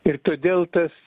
ir todėl tas